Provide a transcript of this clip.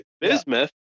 bismuth